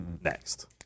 next